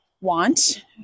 want